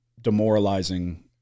demoralizing